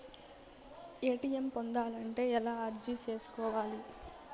ATM పొందాలంటే ఎలా అర్జీ సేసుకోవాలి?